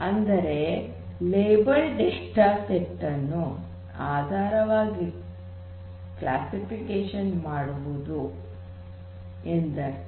ಅಂದರೆ labelled data set ಅನ್ನು ಆಧಾರವಾಗಿ ಕ್ಲಾಸಿಫಿಕೇಶನ್ ಮಾಡುವುದು ಎಂದರ್ಥ